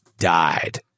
Died